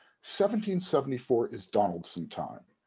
seventy seventy four is donaldson time.